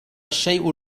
الشيء